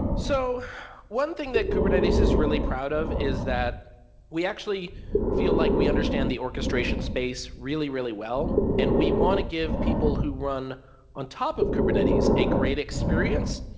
so one thing that kubernetes is really proud of is that we actually feel like we understand the orchestration space really really well and we want to give people who run on top of kubernetes a great experience,